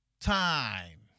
time